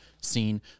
seen